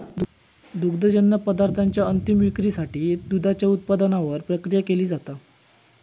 दुग्धजन्य पदार्थांच्या अंतीम विक्रीसाठी दुधाच्या उत्पादनावर प्रक्रिया केली जाता